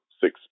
six